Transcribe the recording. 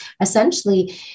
essentially